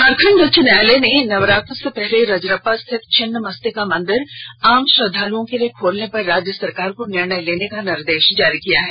झारखंड उच्च न्यायालय ने नवरात्र से पहले रजरप्पा स्थित छिन्नमस्तिका मंदिर आम श्रद्वालओं के लिए खोलने पर राज्य सरकार को निर्णय लेने का निर्देश जारी किया है